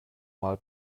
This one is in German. mal